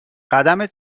قدم